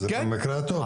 במקרה הטוב.